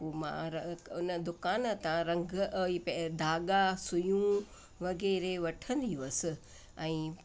हू मां उन दुकानु ता रंग ऐं इहो धागा सुइयूं वग़ैरह वठंदी हुअसि ऐं